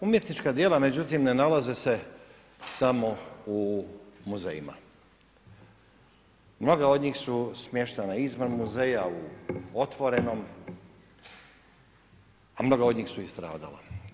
Umjetnička djela međutim ne nalaze se samo u muzejima, mnoga od njih su smještena izvan muzeja, u otvorenom, a mnoga od njih su i stradala.